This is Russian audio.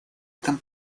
этом